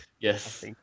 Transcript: Yes